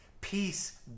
Peace